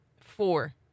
Four